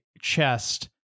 chest